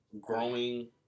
growing